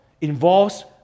involves